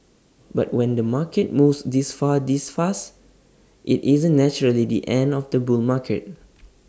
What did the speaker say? but when the market moves this far this fast IT isn't naturally the end of the bull market